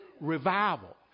Revival